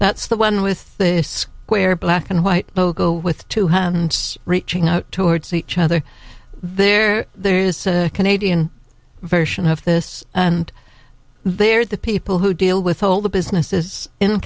that's the one with the square black and white bogle with two hands reaching out towards each other there there is a canadian version of this and they're the people who deal with all the businesses in